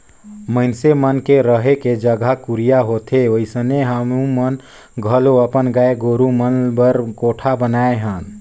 मइनसे मन के रहें के जघा कुरिया होथे ओइसने हमुमन घलो अपन गाय गोरु मन बर कोठा बनाये हन